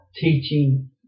teaching